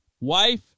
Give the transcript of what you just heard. Wife